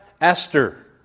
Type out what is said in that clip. Esther